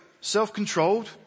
self-controlled